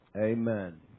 Amen